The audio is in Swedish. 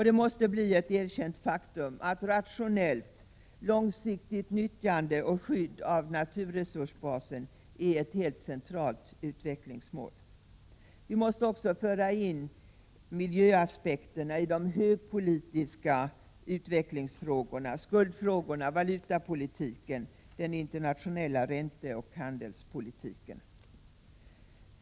Det måste bli ett erkänt faktum att rationellt, långsiktigt nyttjande och skydd av naturresursbasen är ett helt centralt utvecklingsmål. Vi måste föra in miljöaspekterna också i de ”högpolitiska” utvecklingsfrågorna — skuldfrågorna, valutapolitiken samt den internationella ränteoch handelspolitiken.